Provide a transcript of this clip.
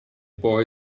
boy